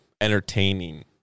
entertaining